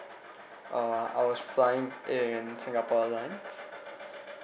uh I was flying in singapore airlines